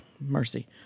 Mercy